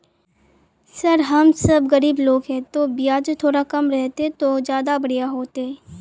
sir हम सब गरीब लोग है तो बियाज थोड़ा कम रहते तो ज्यदा बढ़िया होते